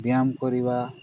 ବ୍ୟାୟାମ କରିବା